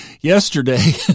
yesterday